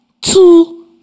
two